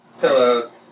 Pillows